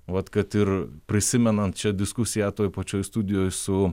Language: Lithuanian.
vat kad ir prisimenant šią diskusiją toj pačioj studijoj su